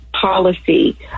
policy